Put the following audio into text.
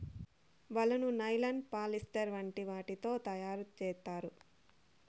వలను nylon, polyester వంటి వాటితో తయారు చేత్తారు